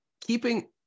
keeping